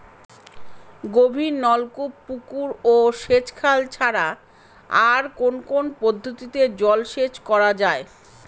গভীরনলকূপ পুকুর ও সেচখাল ছাড়া আর কোন কোন পদ্ধতিতে জলসেচ করা যায়?